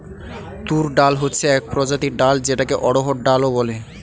তুর ডাল হচ্ছে এক প্রজাতির ডাল যেটাকে অড়হর ডাল ও বলে